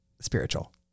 spiritual